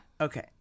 Okay